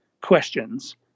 questions